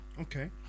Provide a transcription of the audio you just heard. Okay